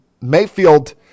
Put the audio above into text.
Mayfield